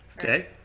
Okay